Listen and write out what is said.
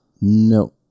no